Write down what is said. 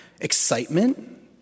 excitement